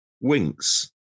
Winks